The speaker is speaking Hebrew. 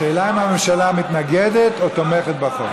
השאלה אם הממשלה מתנגדת, או תומכת בחוק.